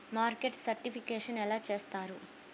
Market certification ఎలా చేస్తారు?